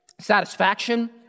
satisfaction